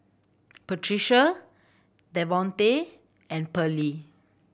Patrica Devonte and Pearly